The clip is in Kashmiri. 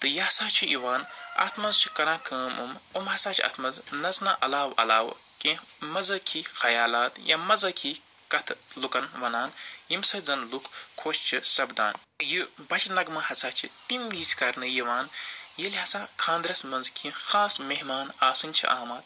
تہٕ یہِ ہسا چھُ یِوان اتھ منٛز چھِ کَران کٲم یِم یِم ہَسا چھِ اتھ منٛز نژنہٕ علاوٕ علاوٕ کیٚنٛہہ مزٲخی خیالات یا مزٲخی کَتھہٕ لوٗکن وَنان ییٚمہِ سۭتۍ زن لوٗکھ خۄش چھِ سپدان یہِ بچہٕ نغمہٕ ہسا چھُ تَمہِ وِزِ کرنہٕ یِوان ییٚلہِ ہسا خانٛدرس منٛز کیٚنٛہہ خاص مہمان آسٕنۍ چھِ آمٕتۍ